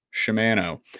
Shimano